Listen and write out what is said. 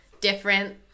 different